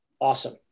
awesome